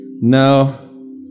no